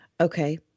Okay